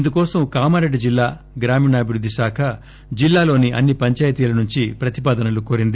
ఇందుకోసం కామారెడ్డి జిల్లా గ్రామీణాభివృద్ది శాఖ జిల్లాలోని అన్నీ పంచాయతీల నుంచి ప్రతిపాదనలు కోరింది